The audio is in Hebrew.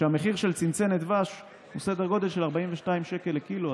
כשהמחיר של צנצנת דבש הוא בסדר גודל של 42 שקל לקילו,